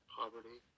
poverty